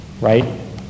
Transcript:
right